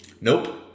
nope